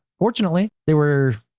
fortunately they were.